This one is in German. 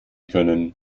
können